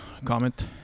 Comment